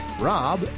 Rob